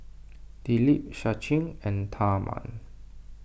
Dilip Sachin and Tharman